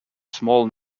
small